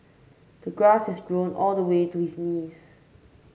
the grass has grown all the way to his knees